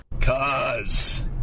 Cause